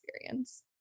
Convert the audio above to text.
experience